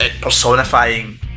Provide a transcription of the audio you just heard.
personifying